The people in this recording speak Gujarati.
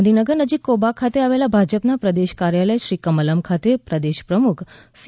ગાંધીનગર નજીક કોબા ખાતે આવેલા ભાજપના પ્રદેશ કાર્યાલય શ્રીકમલમ ખાતે પ્રદેશ પ્રમુખ સી